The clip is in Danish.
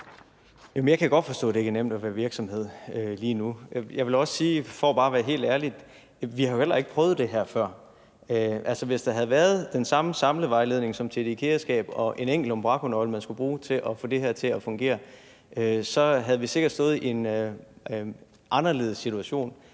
Jeg kan godt forstå, at det ikke er nemt at være virksomhed lige nu. Jeg vil også sige, for at være helt ærlig, at vi jo heller ikke har prøvet det her før. Hvis der havde været den samme samlevejledning som til et IKEA-skab og en enkelt unbrakonøgle, man skulle bruge til at få det her til at fungere, så havde vi sikkert stået i en anderledes situation.